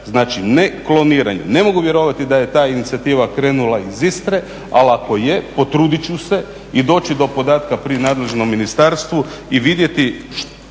Znači, ne kloniranju. Ne mogu vjerovati da je ta inicijativa krenula iz Istre, ali ako je potrudit ću se i doći do podatka pri nadležnom ministarstvu i vidjeti